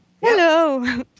Hello